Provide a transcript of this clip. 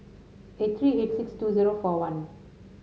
eight three eight six two zero four one